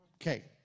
Okay